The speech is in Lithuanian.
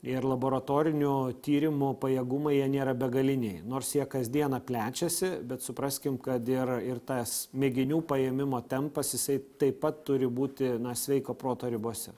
ir laboratorinių tyrimų pajėgumai jie nėra begaliniai nors jie kasdieną plečiasi bet supraskim kad ir ir tas mėginių paėmimo tempas jisai taip pat turi būti sveiko proto ribose